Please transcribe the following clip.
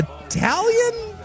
Italian